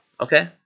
Okay